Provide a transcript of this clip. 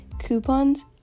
coupons